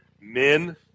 men